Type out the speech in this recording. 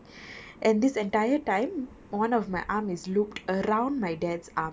and this entire time one of my arm is looped around my dad's arm